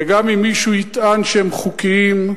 וגם אם מישהו יטען שהם חוקיים,